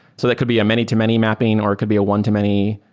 so that could be a many to many mapping or it could be a one to many,